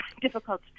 difficult